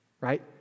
right